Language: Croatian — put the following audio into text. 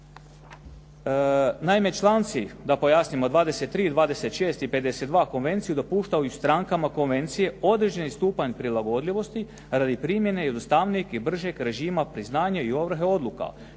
Naime članci, da pojasnimo, 23., 26. i 52. Konvencije dopuštaju strankama Konvencije određeni stupanj prilagodljivosti radi primjene jednostavnijeg i bržeg režima priznanja ovrhe odluka.